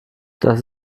das